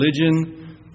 religion